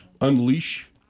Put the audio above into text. Unleash